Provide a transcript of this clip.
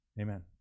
Amen